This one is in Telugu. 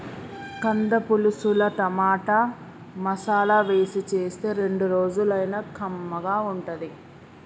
కంద పులుసుల టమాటా, మసాలా వేసి చేస్తే రెండు రోజులైనా కమ్మగా ఉంటది